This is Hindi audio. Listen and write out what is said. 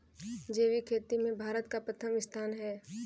जैविक खेती में भारत का प्रथम स्थान है